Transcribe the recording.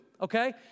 okay